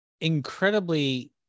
incredibly